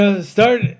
start